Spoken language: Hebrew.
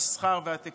המסחר והטקסטיל.